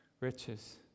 riches